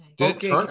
okay